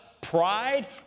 pride